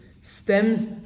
stems